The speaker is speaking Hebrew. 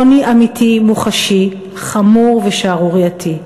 עוני אמיתי, מוחשי, חמור ושערורייתי,